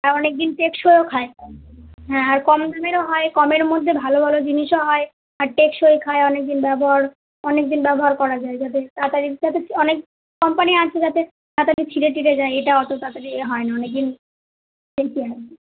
আর অনেক দিন টেকসইও খায় হ্যাঁ আর কম দামেরও হয় কমের মধ্যে ভালো ভালো জিনিসও হয় আর টেকসই খায় অনেক দিন ব্যবহার অনেক দিন ব্যবহার করা যায় যাদের তাড়াতাড়ি যাদের অনেক কোম্পানি আছে যাদের তাড়াতাড়ি ছিঁড়ে টিড়ে যায় এটা অত তাড়াতাড়ি ইয়ে হয় না অনেক দিন টেকে আর কি